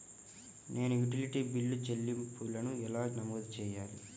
నేను utility bill చెల్లింపులను ఎలా నమోదు చేయాలి?